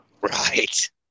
right